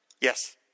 Yes